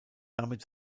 damit